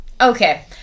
okay